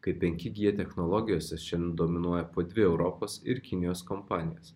kaip penki g technologijose šiandien dominuoja po dvi europos ir kinijos kompanijas